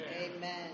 Amen